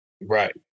Right